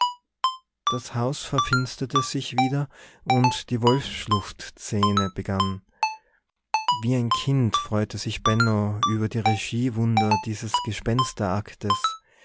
das haus verfinsterte sich wieder und die wolfsschluchtszene begann wie ein kind freute sich benno über die regiewunder dieses